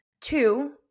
Two